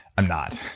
i'm not.